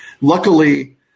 luckily